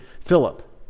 Philip